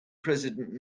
president